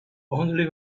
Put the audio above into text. only